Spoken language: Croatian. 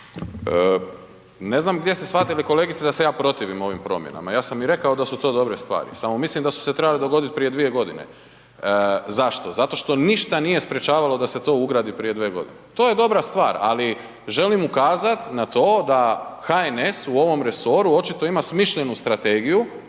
Ne znam gdje ste shvatili kolegice da se ja protivim ovim promjenama, ja sam i rekao da su to dobre stvari, samo mislim da su se trebale dogoditi prije 3 godine. Zašto? Zato što ništa nije sprječavalo da se to ugradi prije 2 godine. To je dobra stvar, ali želim ukazati na to da HNS u ovom resoru očito ima smišljenu strategiju